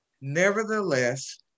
Nevertheless